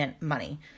money